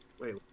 Wait